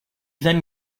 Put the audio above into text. then